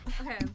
Okay